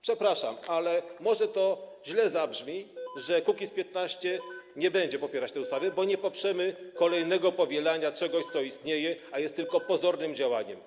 Przepraszam, może to źle zabrzmi, że Kukiz’15 nie będzie popierać tej ustawy, ale nie poprzemy kolejnego powielania czegoś, co istnieje, i jest tylko pozornym działaniem.